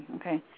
okay